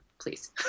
please